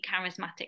charismatic